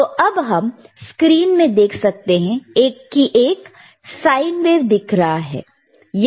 तो अब हम स्क्रीन में देख सकते हैं कि एक साइन वेव दिख रहा है